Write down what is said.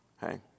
Hey